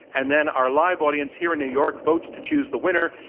and then our live audience here in new york votes to choose the winner,